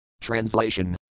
Translation